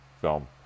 film